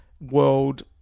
world